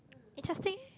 interesting